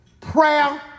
prayer